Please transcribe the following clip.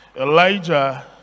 Elijah